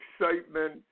excitement